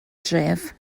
dref